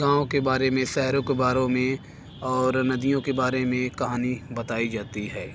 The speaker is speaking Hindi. गाँव के बारे में शहरों के बारे में और नदियों के बारे में कहानी बताई जाती है